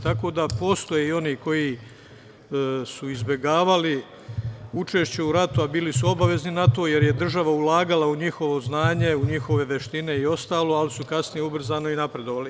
Tako da postoje i oni koji su izbegavali učešće u ratu, a bili su obavezni na to, jer je država ulagala u njihovo znanje, u njihove veštine i ostalo, ali su kasnije ubrzano i napredovali.